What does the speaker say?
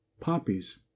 poppies